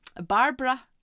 Barbara